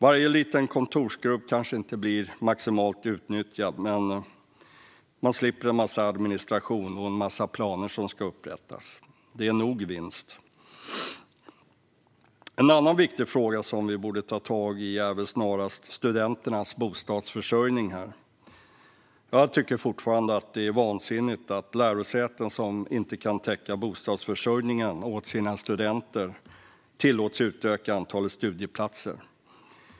Varje liten kontorsskrubb kanske inte blir maximalt utnyttjad, men man slipper en massa administration och en massa planer som ska upprättas. Det är nog en vinst. En annan viktig fråga som vi borde ta tag i är studenternas bostadsförsörjning. Jag tycker fortfarande att det är vansinnigt att lärosäten som inte kan täcka bostadsförsörjningen åt sina studenter tillåts utöka antalet studieplatser.